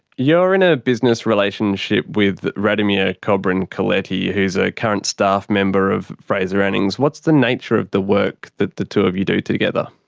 you're in a business relationship with radomir kobryn-coletti who's a current staff member of fraser anning's. what's the nature of the work that the two of you do together?